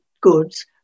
goods